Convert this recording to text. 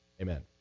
Amen